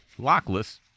lockless